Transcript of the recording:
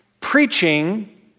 Preaching